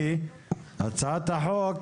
כי הצעת החוק,